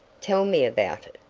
tell me about it,